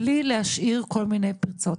בלי להשאיר כל מיני פריצות.